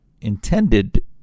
intended